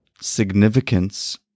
significance